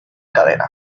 cadena